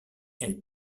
elle